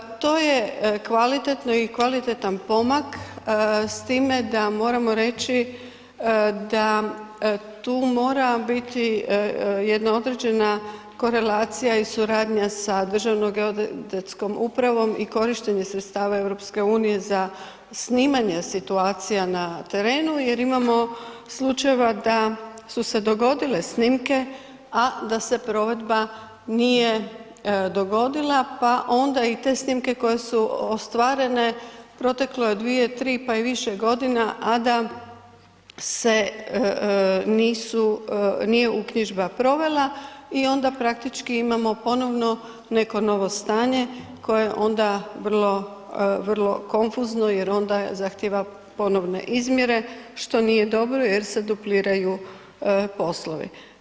To je kvalitetno i kvalitetan pomak s time da moramo reći da tu mora biti jedna određena korelacija i suradnja sa Državnom geodetskom upravom i korištenje sredstava EU-a za snimanje situacija na terenu jer imamo slučajeva da su se dogodile snimke a da se provedba nije dogodila pa onda i te snimke koje su ostvarene, proteklo je 2, 3 pa i više godina a da se nije uknjižba provela i onda praktički imamo ponovno neko novo stanje koje je onda vrlo konfuzno jer onda zahtijeva ponovne izmjere što nije dobro jer se dupliraju poslovi.